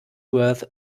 worth